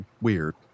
weird